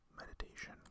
meditation